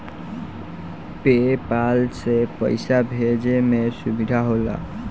पे पाल से पइसा भेजे में सुविधा होला